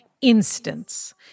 instance